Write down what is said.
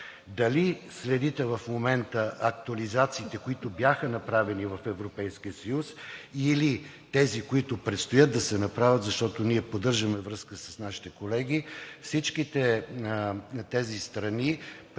Дали следите в момента актуализациите, които бяха направени в Европейския съюз, или тези, които предстоят да се направят, защото ние поддържаме връзка с нашите колеги. Всичките тези страни предприемат